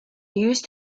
used